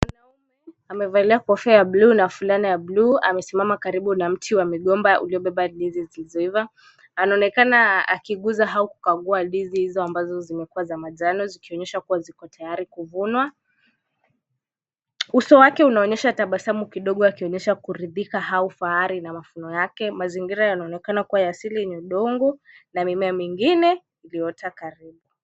Mwanamume amevalia kofia ya bluu na fulana ya bluu, amesimama karibu na mti wa migomba uliobeba ndizi zilizoiva. Anaonekana akiguza au kukagua ndizi hizo ambazo zimekuwa za manjano zikionyesha kuwa ziko tayari kuvunwa. Uso wake unaonyesha tabasamu kidogo akionyesha kuridhika au fahari na mavuno yake. Mazingira yanaonekana kuwa ya asili yenye udongo na mimea mingine iliyoota karibu.